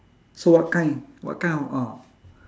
so what kind what kind of ah